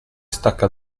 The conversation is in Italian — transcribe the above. stacca